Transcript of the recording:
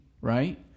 right